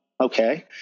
okay